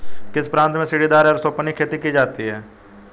किस प्रांत में सीढ़ीदार या सोपानी खेती की जाती है?